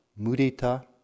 mudita